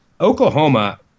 Oklahoma